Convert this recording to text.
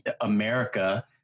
America